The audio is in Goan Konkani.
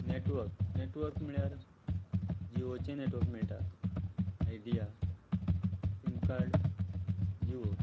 नॅटवर्क नेटवर्क म्हणल्यार जिओचें नेटवर्क मेळटा आयडिया सिमकार्ड जिओ